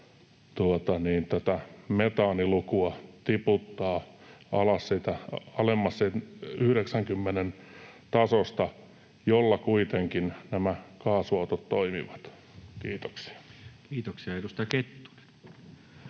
metaanilukua tiputtaa alemmas siitä 90:n tasosta, jolla kuitenkin nämä kaasuautot toimivat. — Kiitoksia. [Speech